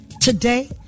Today